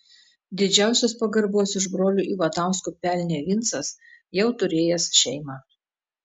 didžiausios pagarbos iš brolių ivanauskų pelnė vincas jau turėjęs šeimą